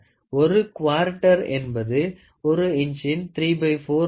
ஒரு குவார்ட்டர் என்பது ஒரு இன்ச்சின் ¾ ஆகும்